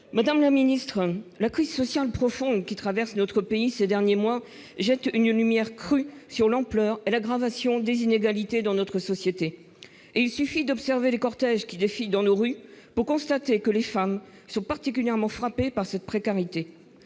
Mme la ministre du travail. La crise sociale profonde que traverse notre pays ces derniers mois jette une lumière crue sur l'ampleur et l'aggravation des inégalités dans notre société. Et il suffit d'observer les cortèges qui défilent dans nos rues pour constater que les femmes sont particulièrement frappées par cette précarité.